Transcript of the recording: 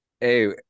Hey